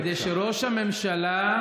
כדי שראש הממשלה,